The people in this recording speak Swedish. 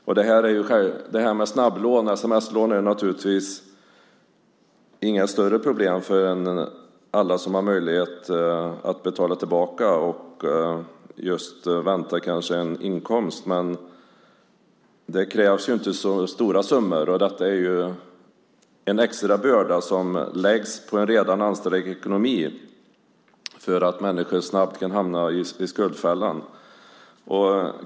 Snabblån och sms-lån innebär naturligtvis inga större problem för alla som har möjlighet att invänta en inkomst och betala tillbaka. Men det krävs inte så stora summor, och detta är en extra börda som läggs på en redan ansträngd ekonomi. Människor kan snabbt hamna i skuldfällan.